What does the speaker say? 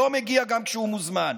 לא מגיע גם כשהוא מוזמן.